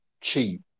cheap